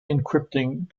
encrypting